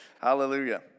Hallelujah